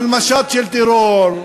על משט של טרור,